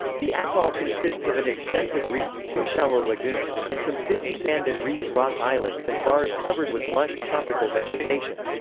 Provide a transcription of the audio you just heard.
the atoll consists of an extensive reef, two shallow lagoons, and some fifty sand and reef-rock islets and bars covered with lush, tropical vegetation.